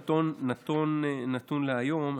הנתון להיום,